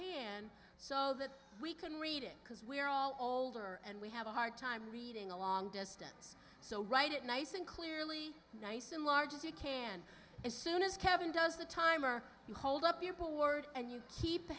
can so that we can read it because we're all older and we have a hard time reading a long distance so write it nice and clearly nice and large as you can as soon as kevin does the time or you hold up your board and you keep